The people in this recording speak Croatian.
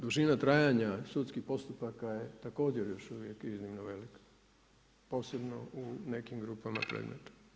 Dužina trajanja sudskih postupaka je također još uvijek iznimno velika posebno u nekim grupama predmeta.